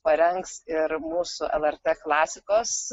parengs ir mūsų lrt klasikos